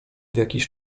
jakiś